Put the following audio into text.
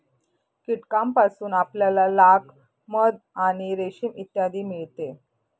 कीटकांपासून आपल्याला लाख, मध आणि रेशीम इत्यादी मिळते